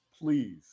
please